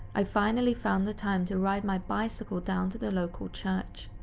i finally found the time to ride my bicycle down to the local church.